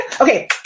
Okay